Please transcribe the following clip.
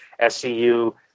SCU